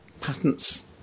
patents